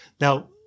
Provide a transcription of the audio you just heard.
Now